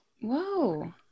Whoa